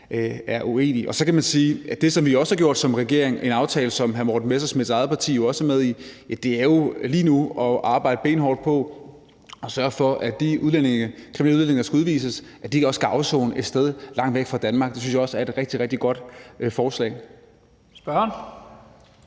er uenige. Og så kan man sige, at det, som vi også har gjort som regering – med en aftale, som hr. Morten Messerschmidts eget parti jo også er med i – lige nu er at arbejde benhårdt på at sørge for, at de kriminelle udlændinge, der skal udvises, også skal afsone et sted langt væk fra Danmark. Det synes jeg også er et rigtig, rigtig godt forslag. Kl.